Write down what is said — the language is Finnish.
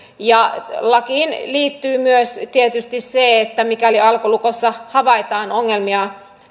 lakiin liittyy myös tietysti se että mikäli alkolukossa havaitaan ongelmia